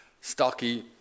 stocky